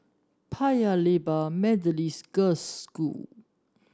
Paya Lebar Methodist Girls' School